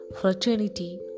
fraternity